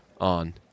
on